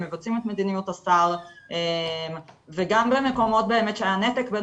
הם מבצעים את מדיניות השר וגם במקומות שהיה נתק בין